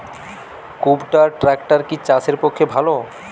কুবটার ট্রাকটার কি চাষের পক্ষে ভালো?